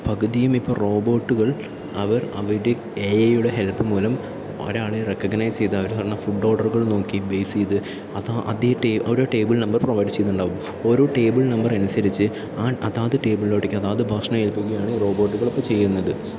പകുതിയും ഇപ്പോൾ റോബോട്ടുകൾ അവർ അവിടെ എ ഐയുടെ ഹെൽപ്പ് മൂലം ഒരാളെ റെക്കഗ്നൈസ് ചെയ്ത് അവര് തരണ ഫുഡ് ഓഡറുകൾ നോക്കി ബേസ് ചെയ്ത് അതാ അതെ ഓരോ ടേബിൾ നമ്പർ പ്രോവൈഡ് ചെയ്യുന്നുണ്ടാകും ഓരോ ടേബിൾ നമ്പർ അനുസരിച്ച് ആ അതാത് ടേബിളിലോട്ടേക്ക് അതാത് ഭക്ഷണം ഏല്പിക്കുകയാണ് ഈ റോബോട്ടുകൾ ഇപ്പോൾ ചെയ്യുന്നത്